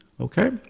Okay